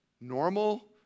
Normal